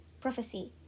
prophecy